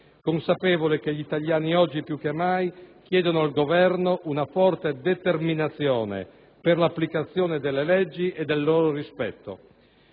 consapevole che gli italiani, oggi più che mai, chiedono al Governo una forte determinazione per l'applicazione delle leggi e per il loro rispetto.